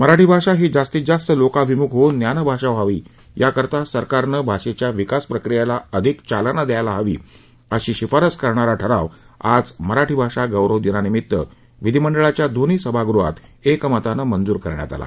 मराठी भाषा ही जास्तीत जास्त लोकाभिमुख होऊन ज्ञान भाषा व्हावी याकरिता सरकारने भाषेच्या विकास प्रक्रियेला अधिक चालना द्यावी अशी शिफारस करणारा ठराव आज मराठी भाषा गौरव दिनानिमित्त विधिमंडळाच्या दोन्ही सभागृहात एकमतानं मंजूर करण्यात आला